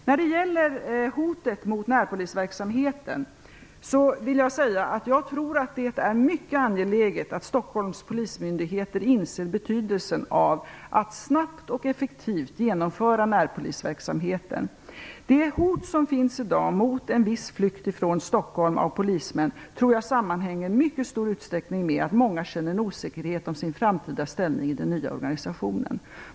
När det gäller hotet mot närpolisverksamheten tror jag att det är angeläget att Stockholms polismyndigheter inser betydelsen av att snabbt och effektivt genomföra närpolisverksamheten. Det hot som finns i dag mot en viss flykt av polismän från Stockholm tror jag i mycket stor utsträckning sammanhänger med att många känner en osäkerhet inför sin framtida ställning i den nya organisationen.